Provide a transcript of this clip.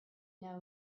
know